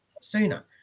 sooner